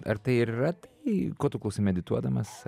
ar tai ir yra tai ko tu klausai medituodamas